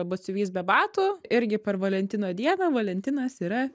batsiuvys be batų irgi per valentino dieną valentinas yra